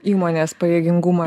įmonės pajėgingumą